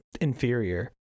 inferior